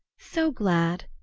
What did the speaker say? so glad!